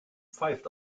pfeift